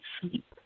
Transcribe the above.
sleep